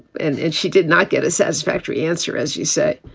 and and she did not get a satisfactory answer, as you say